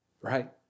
right